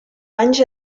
anys